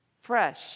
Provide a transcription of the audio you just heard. fresh